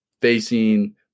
facing